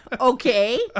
Okay